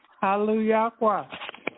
Hallelujah